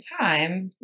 time